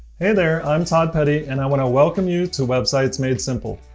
hey there! i'm todd pettee and i want to welcome you to websites made simple.